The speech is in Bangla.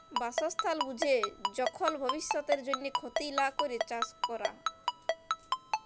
বাসস্থাল বুঝে যখল ভব্যিষতের জন্হে ক্ষতি লা ক্যরে চাস ক্যরা